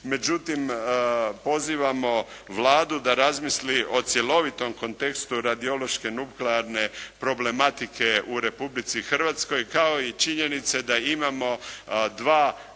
Međutim pozivamo Vladu da razmisli o cjelovitom kontekstu radiološke nuklearne problematike u Republici Hrvatskoj kao i činjenice da imamo dva